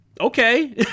okay